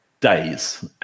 days